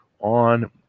on